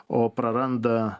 o praranda